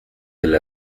del